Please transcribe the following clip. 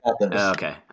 Okay